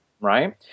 Right